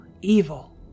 evil